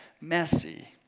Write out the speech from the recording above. messy